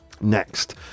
Next